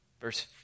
verse